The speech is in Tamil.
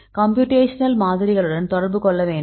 கம்ப்யூடேஷனல் மாதிரிகளுடன் தொடர்பு கொள்ள வேண்டும்